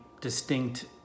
distinct